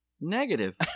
negative